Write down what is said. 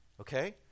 okay